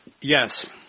Yes